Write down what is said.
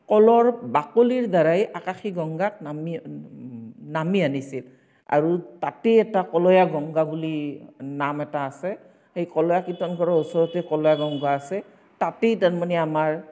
কলৰ বাকলিৰ দ্বাৰাই আকাশী গংগাক নামি নামি আনিছিল আৰু তাতেই এটা কলয়া গংগা বুলি নাম এটা আছে সেই কলয়া কীৰ্তন ঘৰৰ ওচৰতে কলয়া গংগা আছে তাতেই তাৰ মানে আমাৰ